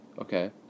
Okay